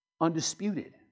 undisputed